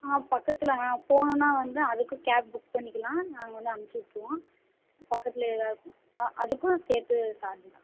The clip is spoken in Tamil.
ஆ பக்கத்தில் ஆ போகணுன்னா வந்து அதுக்கு கேப் புக் பண்ணிக்கலாம் நாங்கள் வந்து அனுப்பிச்சுட்ருவோம் பக்கத்தில் ஏதாவது அதுக்கும் சேர்த்து சார்ஜு தான்